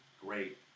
great